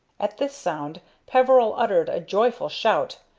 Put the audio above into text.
at this sound peveril uttered a joyful shout,